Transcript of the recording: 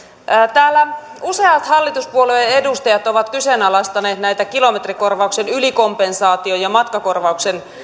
täällä useat hallituspuolueiden edustajat ovat kyseenalaistaneet kilometrikorvauksen ylikompensaation ja matkakorvauksen